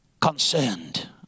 concerned